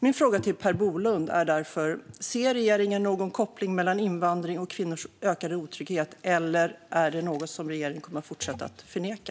Min fråga till Per Bolund är därför: Ser regeringen någon koppling mellan invandring och kvinnors ökade otrygghet, eller är det något som regeringen kommer att fortsätta att förneka?